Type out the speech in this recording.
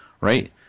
right